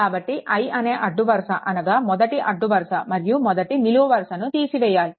కాబట్టి i అనే అడ్డు వరుస అనగా మొదటి అడ్డు వరుస మరియు మొదటి నిలువు వరుసని తీసివేయాలి